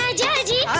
ah daddy,